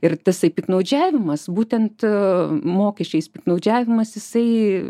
ir tasai piktnaudžiavimas būtent mokesčiais piktnaudžiavimas jisai